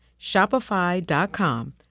Shopify.com